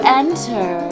enter